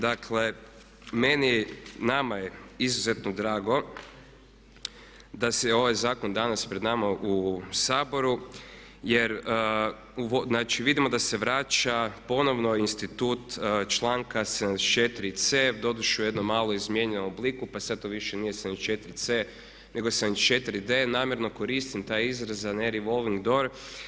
Dakle meni, nama je izuzetno drago da je ovaj zakon danas pred nama u Saboru jer znači vidimo da se vraća ponovno institut članka 74.c doduše u jednom malo izmijenjenom obliku pa sad to više nije 74.c nego je 74.d. Namjerno koristim taj izraz a ne revolving door.